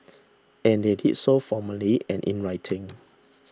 and they did so formally and in writing